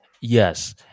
Yes